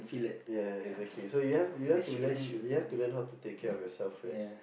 ya exactly so you have you have to learn you have to learn how to take care of yourself first